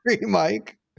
Mike